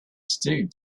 stood